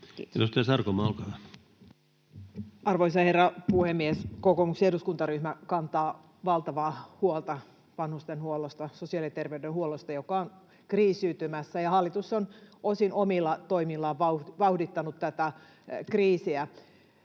Arvoisa herra puhemies! Kokoomuksen eduskuntaryhmä kantaa valtavaa huolta vanhustenhuollosta, sosiaali‑ ja terveydenhuollosta, joka on kriisiytymässä, ja hallitus on osin omilla toimillaan vauhdittanut tätä kriisiä.